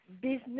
business